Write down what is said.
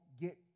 get